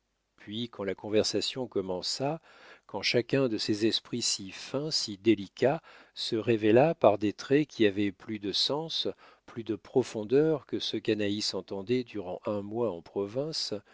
puis quand la conversation commença quand chacun de ces esprits si fins si délicats se révéla par des traits qui avaient plus de sens plus de profondeur que ce qu'anaïs entendait durant un mois en province